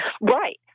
Right